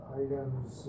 items